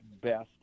best